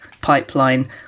pipeline